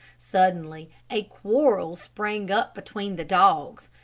suddenly a quarrel sprang up between the dogs.